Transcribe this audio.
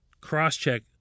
cross-check